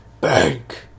Bank